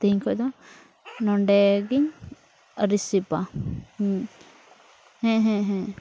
ᱛᱮᱦᱮᱧ ᱠᱷᱚᱡᱫᱚ ᱱᱚᱸᱰᱮᱜᱮᱧ ᱼᱟ ᱦᱮᱸ ᱦᱮᱸ ᱦᱮᱸ